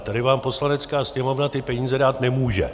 Tady vám Poslanecká sněmovna ty peníze dát nemůže.